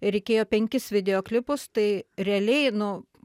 ir reikėjo penkis video klipus tai realiai nu